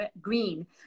green